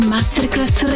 Masterclass